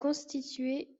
constitués